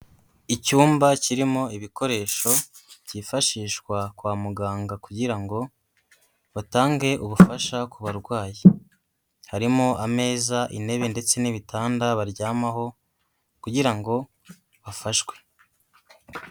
Icyumba kirimo ibikoresho byifashishwa kwa muganga kugira ngo batange ubufasha ku barwayi. Harimo ameza, intebe ndetse n'ibitanda baryamaho kugira ngo bafashwe.